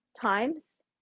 times